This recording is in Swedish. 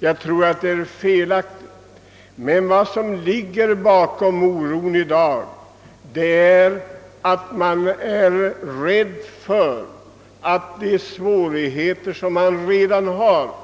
Enligt min mening är denna åsikt felaktig. Det som ligger bakom dagens oro är rädslan för att de nuvarande svårigheterna